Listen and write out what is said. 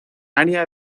área